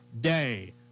Day